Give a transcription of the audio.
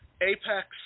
Apex